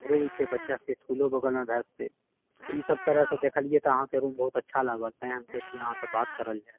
हमरो ई छै बच्चा सबकेँ इसकूलो बगलमे भए जेतए ई सब तरहसंँ देखलऐ तऽ अहाँकेँ रूम बहुतअच्छा लागल तैंँ हम सोचली जे अहाँसंँ बात करल जाए